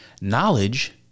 knowledge